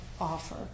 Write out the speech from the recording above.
offer